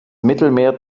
mittelmeer